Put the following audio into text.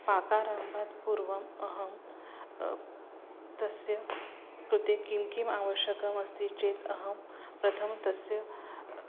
पाकाराम्भात् पूर्वम् अहं तस्य कृते किं किम् आवश्यकमस्ति चेत् अहं प्रथमं तस्य